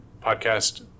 podcast